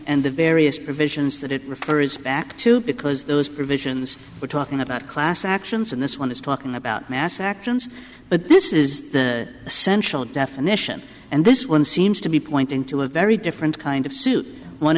and the various provisions that it refers back to because those provisions were talking about class actions and this one is talking about mass actions but this is the essential definition and this one seems to be pointing to a very different kind o